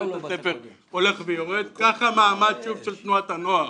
בית הספר הולך ויורד ככה המעמד של אותה תנועת הנוער,